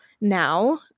now